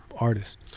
Artist